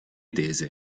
tese